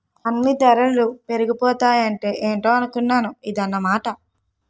అన్నీ దరలు పెరిగిపోతాంటే ఏటో అనుకున్నాను ఇదన్నమాట